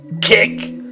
kick